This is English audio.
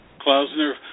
Klausner